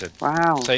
Wow